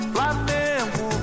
Flamengo